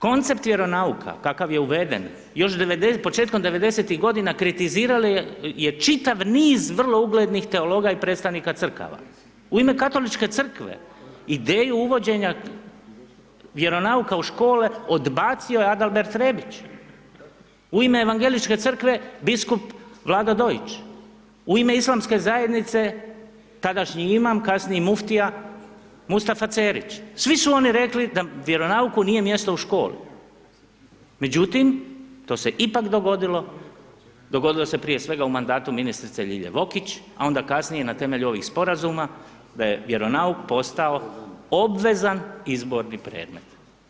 Koncept vjeronauka kakav je uveden, još početkom 90-ih godina kritizirali je čitav niz vrlo uglednih teologa i predstavnika crkava, u ime Katoličke crkve, ideju uvođenja vjeronauka u škole odbacio je Adalbert Rebić, u ime Evangeličke crkve biskup Vlado Dojić, u ime islamske zajednice tadašnji imam kasniji muftija Mustafa Cerić, svi su oni rekli da vjeronauku nije mjesto u školi međutim to se ipak dogodilo, dogodilo se prije svega u mandatu ministrice Ljilje Vokić a onda kasnije na temelju ovih sporazuma da je vjeronauk postao obvezan izborni predmet.